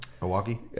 Milwaukee